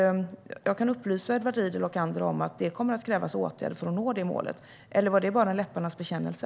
Jag kan upplysa Edward Riedl och andra om att det kommer att krävas åtgärder för att nå detta mål. Eller var det bara en läpparnas bekännelse?